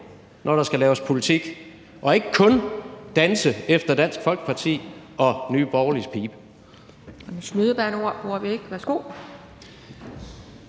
når der skal laves politik, og ikke kun danse efter Dansk Folkeparti og Nye Borgerliges pibe.